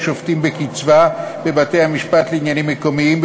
שופטים בקצבה בבתי-המשפט לעניינים מקומיים,